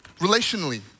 relationally